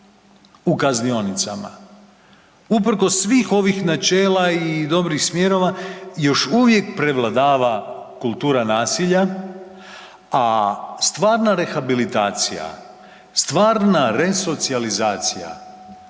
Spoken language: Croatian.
u kaznionicama. Uprkos svih ovih načela i dobrih smjerova još uvijek prevladava kultura nasilja, a stvarna rehabilitacija, stvarna resocijalizacija